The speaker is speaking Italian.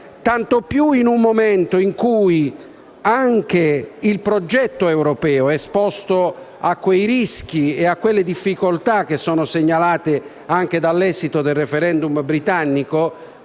tanto più in un momento in cui anche il progetto europeo è esposto a quei rischi e a quelle difficoltà segnalate anche dall'esito del *referendum* britannico.